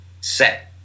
set